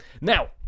Now